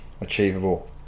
achievable